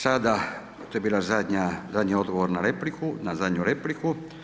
Sada, to je bila zadnji odgovor na repliku, na zadnju repliku.